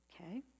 Okay